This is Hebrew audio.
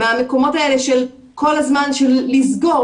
מהמקומות האלה של כל הזמן לסגור,